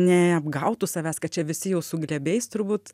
neapgautų savęs kad čia visi jau su glėbiais turbūt